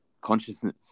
consciousness